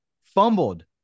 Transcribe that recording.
fumbled